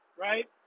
right